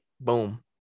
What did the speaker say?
boom